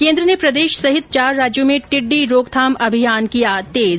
केन्द्र ने प्रदेश सहित चार राज्यों में टिड्डी रोकथाम अभियान किया तेज